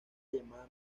llamada